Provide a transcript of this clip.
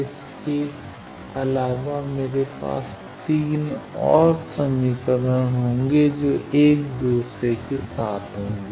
इसके अलावा मेरे पास 3 और समीकरण होंगे जो 1 दूसरे के साथ होंगे